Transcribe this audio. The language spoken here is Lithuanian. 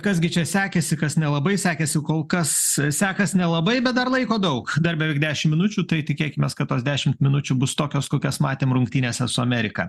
kas gi čia sekėsi kas nelabai sekėsi kol kas sekas nelabai bet dar laiko daug beveik dešim minučių tai tikėkimės kad tos dešimt minučių bus tokios kokias matėm rungtynėse su amerika